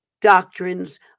doctrines